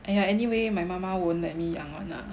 !aiya! anyway my 妈妈 won't let me 养 one ah